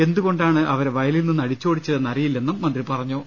എന്തുകൊണ്ടാണ് അവരെ വയലിൽ നിന്ന് അടിച്ചോടിച്ചതെന്ന് അറിയില്ലെന്ന് മന്ത്രി പറഞ്ഞു